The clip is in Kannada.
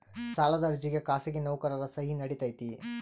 ಸಾಲದ ಅರ್ಜಿಗೆ ಖಾಸಗಿ ನೌಕರರ ಸಹಿ ನಡಿತೈತಿ?